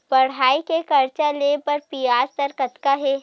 पढ़ई के कर्जा ले बर ब्याज दर कतका हे?